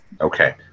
Okay